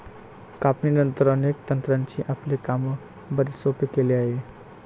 कापणीनंतर, अनेक तंत्रांनी आपले काम बरेच सोपे केले आहे